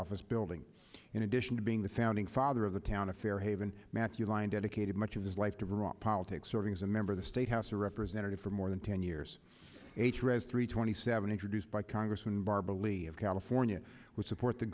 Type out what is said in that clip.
office building in addition to being the founding father of the town of fairhaven matthew line dedicated much of his life to raw politics serving as a member of the state house of representative for more than ten years a thread three twenty seven introduced by congressman barr believe california with support the